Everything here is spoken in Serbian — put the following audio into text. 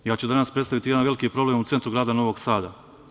Danas ću predstaviti jedan veliki problem u centru grada Novog Sada.